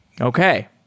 Okay